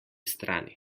strani